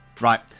Right